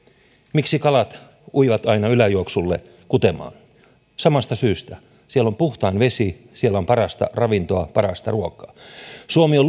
miksi kalat uivat aina yläjuoksulle kutemaan samasta syystä siellä on puhtain vesi siellä on parasta ravintoa parasta ruokaa suomi on